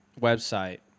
website